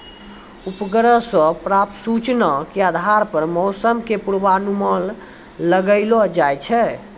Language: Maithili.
उपग्रह सॅ प्राप्त सूचना के आधार पर मौसम के पूर्वानुमान लगैलो जाय छै